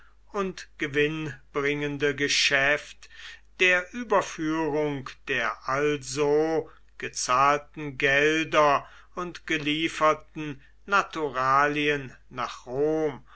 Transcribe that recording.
und gewinnbringende geschäft der überführung der also gezahlten gelder und gelieferten naturalien nach rom